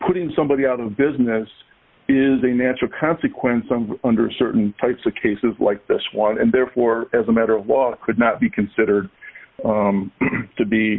putting somebody out of business is a natural consequence of under certain types of cases like this one and therefore as a matter of law it could not be considered to be